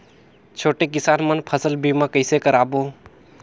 छोटे किसान मन फसल बीमा कइसे कराबो?